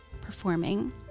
performing